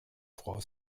frau